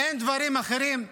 אין דברים אחרים?